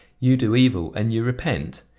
you do evil, and you repent?